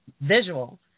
visual